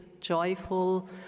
joyful